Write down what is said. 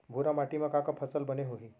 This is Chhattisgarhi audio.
भूरा माटी मा का का फसल बने होही?